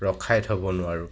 ৰখাই থ'ব নোৱাৰোঁ